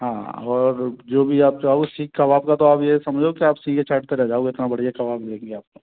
हाँ और जो भी आप चाहो सीक कबाब का तो आप ये समझो कि आप सीके चाटते रह जाओगे इतना बढ़िया कबाब बेचते हैं हम